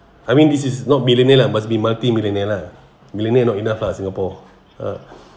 I mean this is not millionaire lah must be multimillionaire lah millionaire not enough lah singapore ah